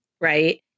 Right